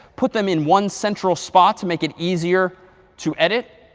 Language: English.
put them in one central spot to make it easier to edit.